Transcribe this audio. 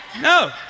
No